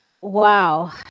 Wow